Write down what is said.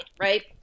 Right